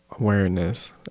awareness